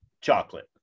chocolate